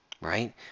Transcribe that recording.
right